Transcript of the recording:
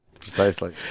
Precisely